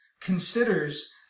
considers